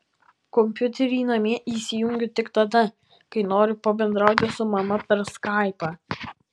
kompiuterį namie įsijungiu tik tada kai noriu pabendrauti su mama per skaipą